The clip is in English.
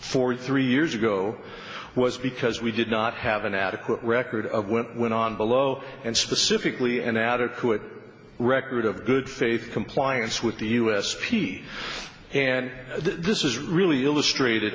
four three years ago was because we did not have an adequate record of what went on below and specifically an adequate record of good faith compliance with the us p and this is really illustrated